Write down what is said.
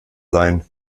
sein